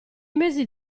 mesi